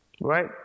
right